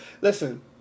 Listen